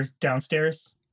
downstairs